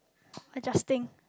adjusting